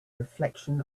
reflection